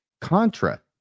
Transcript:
contra